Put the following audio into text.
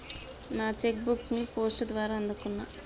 నా cheque book ని post ద్వారా అందుకున్నా